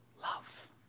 love